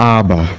Abba